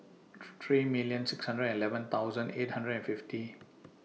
three three million six hundred and eleven thousand eight hundred and fifty